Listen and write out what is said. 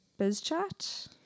BizChat